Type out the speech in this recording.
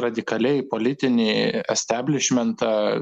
radikaliai politinį establišmentą